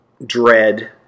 Dread